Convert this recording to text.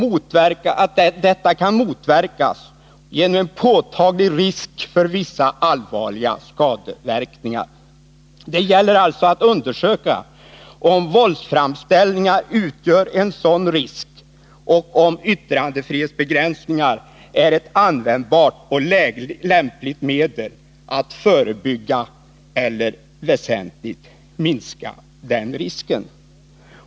Detta kan motverkas genom en påtaglig risk för vissa allvarliga skadeverkningar: Det gäller alltså att undersöka om våldsframställningar utgör en sådan risk och om yttrandefrihetsbegränsningar är ett användbart och lämpligt medel att förebygga eller väsentligt minska den risken.